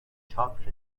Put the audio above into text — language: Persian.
چاپ